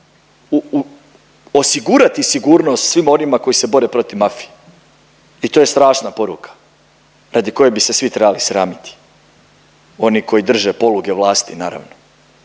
osigurati sigurnost svim onima koji se bore protiv mafije. I to je strašna poruka radi koje bi se svi trebali sramiti oni koji drže poluge vlasti naravno.